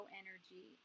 energy